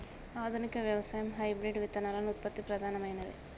ఆధునిక వ్యవసాయం లో హైబ్రిడ్ విత్తన ఉత్పత్తి ప్రధానమైంది